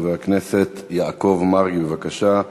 חבר הכנסת יעקב מרגי, בבקשה.